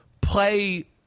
play